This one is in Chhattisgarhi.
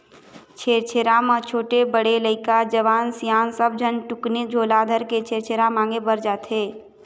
छेरछेरा म छोटे, बड़े लइका, जवान, सियान सब झन टुकनी झोला धरके छेरछेरा मांगे बर जाथें